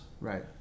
right